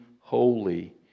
holy